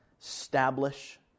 establish